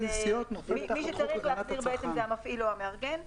מי שצריך להחזיר זה המפעיל או המארגן,